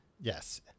Yes